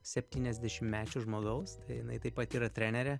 septyniasdešimtmečio žmogaus tai jinai taip pat yra trenerė